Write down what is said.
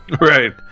Right